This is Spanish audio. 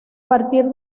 partir